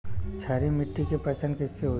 क्षारीय माटी के पहचान कैसे होई?